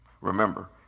Remember